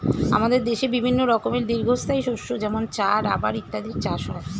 আমাদের দেশে বিভিন্ন রকমের দীর্ঘস্থায়ী শস্য যেমন চা, রাবার ইত্যাদির চাষ হয়